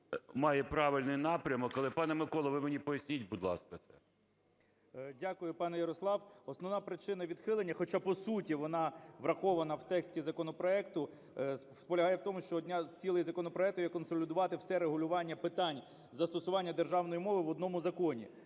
має правильний напрямок. Але, пане Миколо, ви мені поясніть, будь ласка, це. 13:12:51 КНЯЖИЦЬКИЙ М.Л. Дякую, пане Ярослав. Основна причина відхилення, хоча по суті вона врахована в тексті законопроекту, полягає в тому, що одна з цілей законопроекту є консолідувати все регулювання питань застосування державної мови в одному законі.